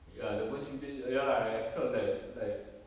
ya the first few days ya I I felt like like